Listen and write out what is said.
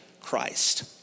Christ